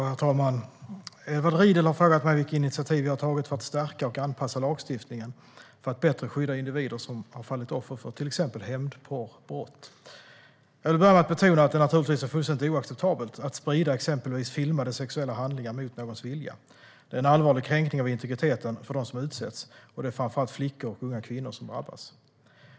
Svar på interpellationer Herr talman! Edward Riedl har frågat mig vilka initiativ jag har tagit för att stärka och anpassa lagstiftningen för att bättre skydda individer som har fallit offer för till exempel hämndporrbrott. Jag vill börja med att betona att det naturligtvis är fullständigt oacceptabelt att sprida exempelvis filmade sexuella handlingar mot någons vilja. Det är en allvarlig kränkning av integriteten för dem som utsätts. Det är framför allt flickor och unga kvinnor som drabbas.